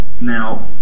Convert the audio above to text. now